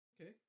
Okay